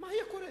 מה היה קורה?